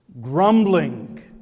grumbling